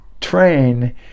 train